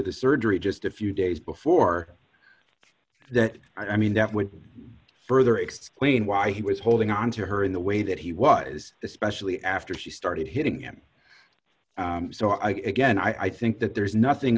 the surgery just a few days before that i mean that would further explain why he was holding on to her in the way that he was especially after she started hitting him so i again i think that there's nothing